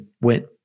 went